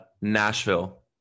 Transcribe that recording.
Nashville